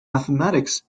mathematics